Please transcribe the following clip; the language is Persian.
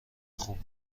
خوب